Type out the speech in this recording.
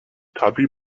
tawdry